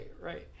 right